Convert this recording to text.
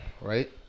right